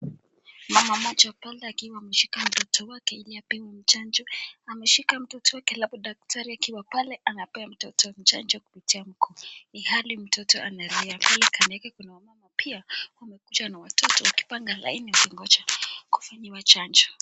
Mama mmoja pale akiwa ameshika mtoto wake ili apewe chanjo, ameshika mtoto wake halafu daktari akiwa pale anapea mtoto chanjo kupitia mkono ilhali mtoto analia. Pale kando yake kuna wamama pia wamekuja na watoto wakipanga laini wakingoja kufanyiwa chanjo.